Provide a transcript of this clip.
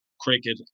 cricket